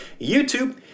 youtube